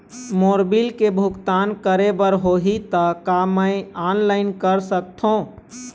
मोर bill के भुगतान करे बर होही ता का मैं ऑनलाइन कर सकथों?